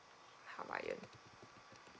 hawaiian